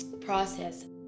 process